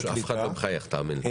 אף אחד לא מחייך, תאמין לי.